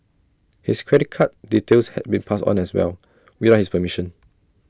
his credit card details had been passed on as well without his permission